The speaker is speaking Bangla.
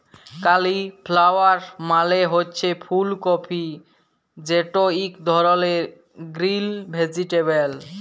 কালিফ্লাওয়ার মালে হছে ফুল কফি যেট ইক ধরলের গ্রিল ভেজিটেবল